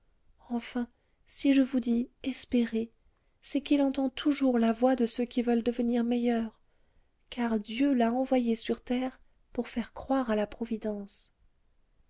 enfin si je vous dis espérez c'est qu'il entend toujours la voix de ceux qui veulent devenir meilleurs car dieu l'a envoyé sur terre pour faire croire à la providence